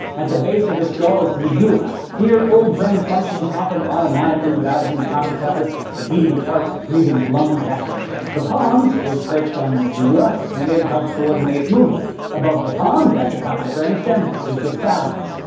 at the base of the skull, is the medulla. here, old brain functions happen automatically without any conscious effort the beating of hearts, the breathing of lungs, that sort of thing. the pons is perched on the medulla, and it helps coordinate movement. above the pons, at the top of the brainstem, is the thalamus,